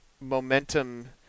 momentum